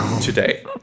today